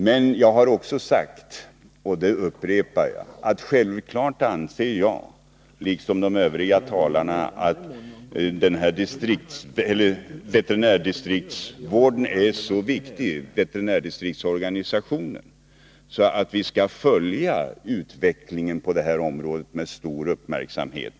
Men jag har också sagt — och det upprepar jag — att självfallet anser jag liksom de övriga talarna att distriktsveterinärorganisationen är så viktig att vi skall följa utvecklingen på detta område med stor uppmärksamhet.